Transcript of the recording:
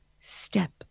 step